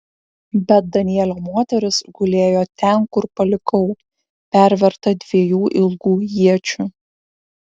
bet danielio moteris gulėjo ten kur palikau perverta dviejų ilgų iečių